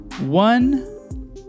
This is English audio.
One